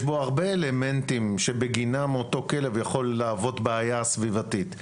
יש בו הרבה אלמנטים שבגינם אותו כלב יכול להוות בעיה סביבתית,